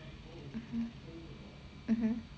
mmhmm